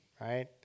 right